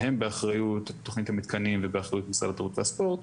שהם מאחריות תכנית המתקנים ובאחריות משרד התרבות והספורט,